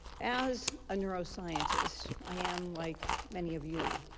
as a neuroscientist, i am, like many of you,